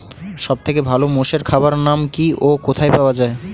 সব থেকে ভালো মোষের খাবার নাম কি ও কোথায় পাওয়া যায়?